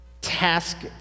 task